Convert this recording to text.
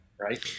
Right